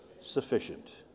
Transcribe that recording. Sufficient